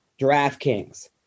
DraftKings